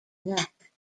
neck